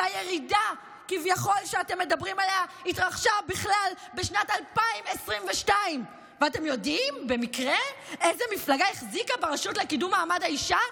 אותה ירידה כביכול שאתם מדברים עליה התרחשה בכלל בשנת 2022. ואתם יודעים במקרה איזו מפלגה החזיקה ברשות לקידום מעמד האישה?